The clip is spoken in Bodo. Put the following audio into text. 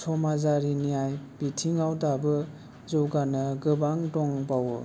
समाजारि न्याय बिथिङाव दाबो जौगानो गोबां दंबावो